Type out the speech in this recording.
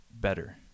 better